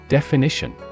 Definition